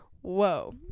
whoa